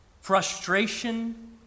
frustration